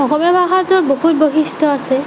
অসমীয়া ভাষাটোত বহুত বৈশিষ্ট্য আছে